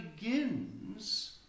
begins